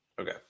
Okay